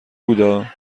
بودا